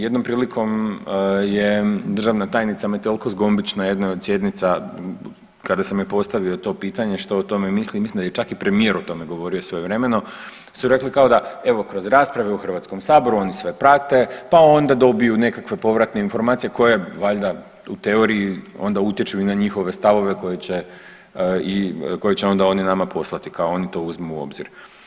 Jednom prilikom je državna tajnica Metelko Zgombić na jednoj od sjednica kada sam joj postavio to pitanje što o tome misli, mislim da je čak i premijer o tome govorio svojevremeno su rekli da evo kroz rasprave u HS-u oni sve prate pa onda dobiju nekakve povratne informacije koje valjda u teoriji onda utječu i na njihove stavove koje će onda oni nama poslati, kao oni to uzmu u obzir.